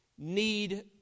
Need